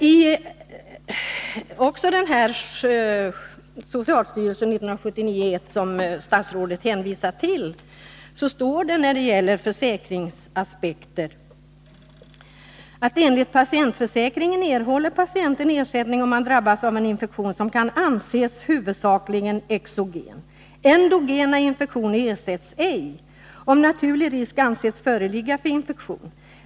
I socialstyrelsens skrift 1979:1, som statsrådet Holm hänvisar till, står följande under rubriken Försäkringsaspekter: ”Enligt patientförsäkringen erhåller patienten ersättning om han drabbas av en infektion som kan anses huvudsakligen exogen. Endogena infektioner ersätts ej, om ”naturlig” risk ansetts föreligga för infektion.